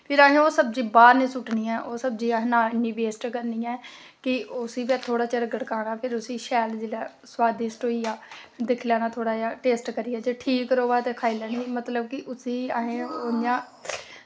फिर असें ओह् सब्जी बाहर निं सुट्टनी ऐ ते नां असें वेस्ट करनी ऐ ते उस्सी थोह्ड़े चिर गड़काना ते फ्ही शैल उसी स्वादिष्ट होई जाऽ दिक्खी लैना थोह्ड़ा टेस्ट करियै जे ठीक र'वै ते खाई लैनी मतलब कि असें ओह् उ'आं